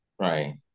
Right